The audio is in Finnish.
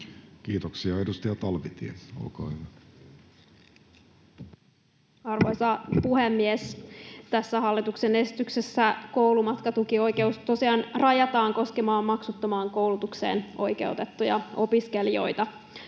muuttamisesta Time: 14:17 Content: Arvoisa puhemies! Tässä hallituksen esityksessä koulumatkatukioikeus tosiaan rajataan koskemaan maksuttomaan koulutukseen oikeutettuja opiskelijoita.